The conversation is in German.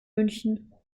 münchen